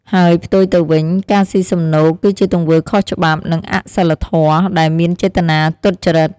ហើយផ្ទុយទៅវិញ ការស៊ីសំណូក គឺជាទង្វើខុសច្បាប់ និងអសីលធម៌ ដែលមានចេតនាទុច្ចរិត។